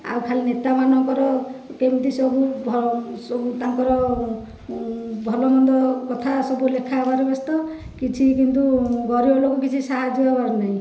ଆଉ ଖାଲି ନେତାମାନଙ୍କର କେମିତି ସବୁ ତାଙ୍କର ଭଲମନ୍ଦ କଥା ସବୁ ଲେଖା ହେବାରେ ବ୍ୟସ୍ତ କିଛି କିନ୍ତୁ ଗରିବ ଲୋକଙ୍କୁ କିଛି ସାହାଯ୍ୟ ହେବାର ନାହିଁ